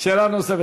שאלה נוספת.